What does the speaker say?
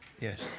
Yes